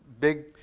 big